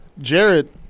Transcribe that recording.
Jared